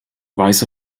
weiße